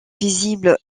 visible